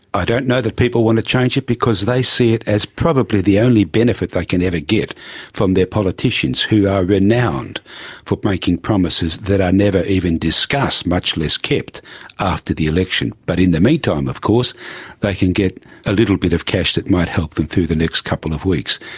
i don't know that people want to change it because they see it as probably the only benefit they can ever get from their politicians who are renowned for breaking promises that are never even discussed, much less kept after the election. but in the meantime of course they can get a little bit of cash that might help them through the next couple of weeks.